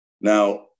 Now